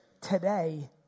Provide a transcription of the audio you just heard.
Today